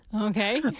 Okay